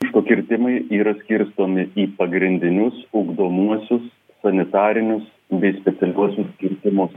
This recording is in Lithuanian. miško kirtimai yra skirstomi į pagrindinius ugdomuosius sanitarinius bei specialiuosius kirtimus